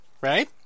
Right